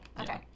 okay